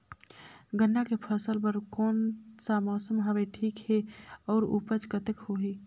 गन्ना के फसल बर कोन सा मौसम हवे ठीक हे अउर ऊपज कतेक होही?